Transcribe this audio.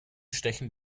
stechen